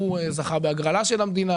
וההוא זכה בהגרלה של המדינה.